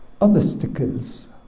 obstacles